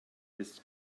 his